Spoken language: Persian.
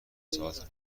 ساعت